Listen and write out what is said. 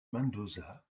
mendoza